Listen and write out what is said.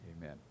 Amen